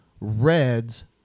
reds